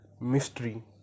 mystery